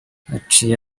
haciye